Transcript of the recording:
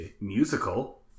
musical